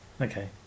Okay